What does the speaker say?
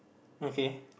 okay